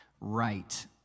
right